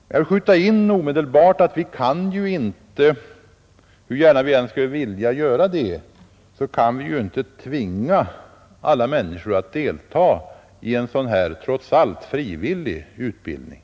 Jag vill omedelbart inskjuta, att hur gärna vi än skulle vilja det kan vi inte tvinga alla människor att delta i en sådan trots all frivillig utbildning.